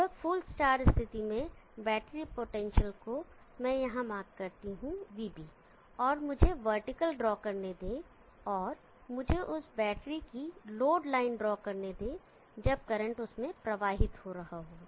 लगभग full charge स्थिति में बैटरी पोटेंशियल को मैं यहां मार्क करता हूं vB और मुझे वर्टिकल ड्रॉ करने दें और मुझे उस बैटरी की लोड लाइन ड्रॉ करने दें जब करंट उसमें प्रवाहित हो रहा हो